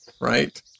right